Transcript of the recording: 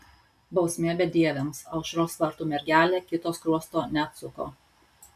bausmė bedieviams aušros vartų mergelė kito skruosto neatsuko